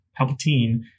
Palpatine